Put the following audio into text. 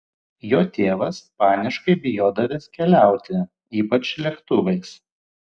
jo tėvas paniškai bijodavęs keliauti ypač lėktuvais